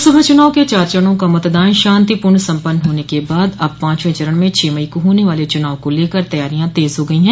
लोकसभा चुनाव के चार चरणों का मतदान शांतिपूर्ण सम्पन्न होने के बाद अब पांचवें चरण में छह मई को होने वाले चुनाव को लेकर तैयारियां तेज हो गई है